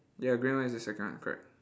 ya green one is the second one correct